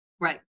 Right